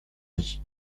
lit